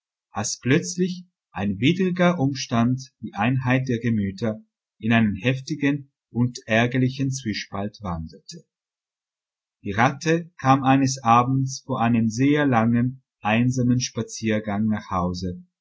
als plötzlich ein widriger umstand die einheit der gemüter in einen heftigen und ärgerlichen zwiespalt wandelte die ratte kam eines abends vor einem sehr langen einsamen spaziergang nach hause